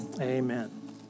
amen